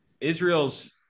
Israel's